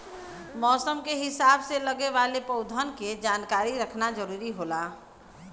मौसम के हिसाब से लगे वाले पउधन के जानकारी रखना जरुरी होला